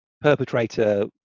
perpetrator